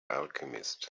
alchemist